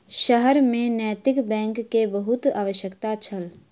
शहर में नैतिक बैंक के बहुत आवश्यकता छल